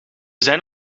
zijn